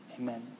Amen